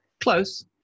Close